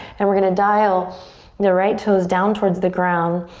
and we're gonna dial the right toes down towards the ground,